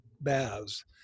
baths